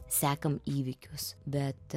sekam įvykius bet